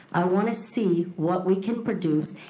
i wanna see what we can produce,